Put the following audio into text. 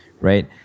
right